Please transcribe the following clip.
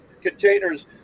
containers